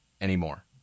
anymore